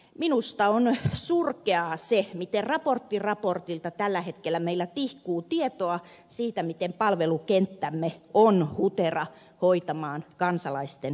minusta on surkeaa se miten raportti raportilta tällä hetkellä meillä tihkuu tietoa siitä miten palvelukenttämme on hutera hoitamaan kansalaisten perustarpeita